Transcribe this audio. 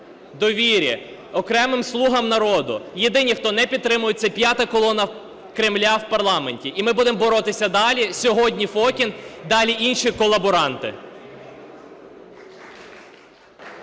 "Довірі", окремим із "Слуга народу". Єдині, хто не підтримує – це "п'ята колона" Кремля в парламенті. І ми будемо боротися далі. Сьогодні – Фокін, далі – інші колаборанти.